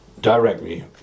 directly